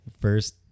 first